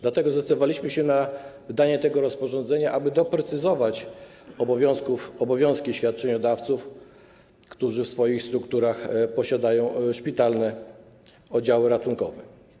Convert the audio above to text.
Dlatego zdecydowaliśmy się na wydanie tego rozporządzenia, aby doprecyzować obowiązki świadczeniodawców, którzy w swoich strukturach posiadają szpitalne oddziały ratunkowe.